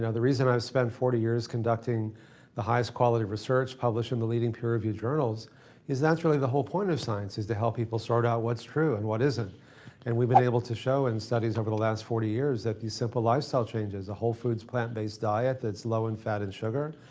the reason i spent forty years conducting the highest quality research published in the leading peer reviewed journals is that's really the whole point of science, is to help people sort out what's true and what isn't and we've been able to show in studies over the last forty years that these simple lifestyle changes, the whole foods, plant based diet that's low in fat and sugar,